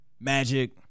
Magic